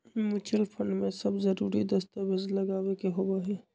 mutual fund में सब जरूरी दस्तावेज लगावे के होबा हई